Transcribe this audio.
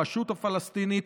הרשות הפלסטינית,